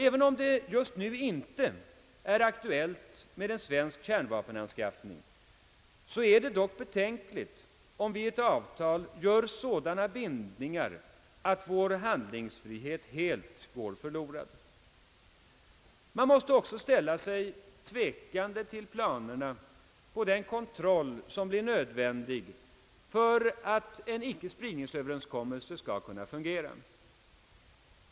även om det nu inte är aktuellt med en svensk kärnvapenanskaffning, så är det dock betänkligt om vi i ett avtal gör sådana bindningar att vår handlingsfrihet helt går förlorad. Man måste också ställa sig tvekande till planerna på den kontroll som blir nödvändig för att en icke-spridningsöverenskommelse skall kunna fungera.